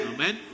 Amen